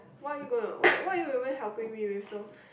what are you gonna what what are you even helping me with so